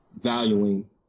valuing